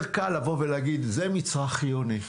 יותר קל לבוא ולהגיד: זה מצרך חיוני.